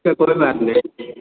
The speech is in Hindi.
ठीक है कोई बात नहीं